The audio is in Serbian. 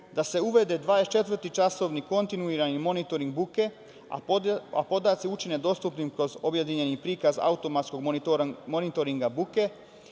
dvadesetčetvoročasovni kontinuirani monitoring buke, a podaci dostupnim kroz objedinjeni prikaz automatskog monitoringa buke,